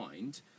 mind